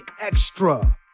extra